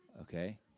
okay